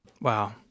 Wow